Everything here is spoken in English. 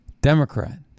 Democrat